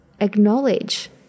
acknowledge